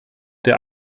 der